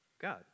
God